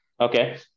okay